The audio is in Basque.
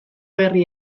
herri